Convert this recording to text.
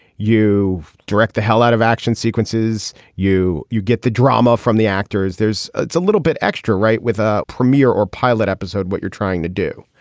you direct the hell out of action sequences you. you get the drama from the actors. there's ah a little bit extra right with a premiere or pilot episode what you're trying to do.